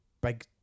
big